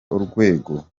urwego